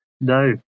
No